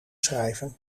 schrijven